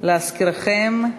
להזכירכם,